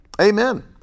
Amen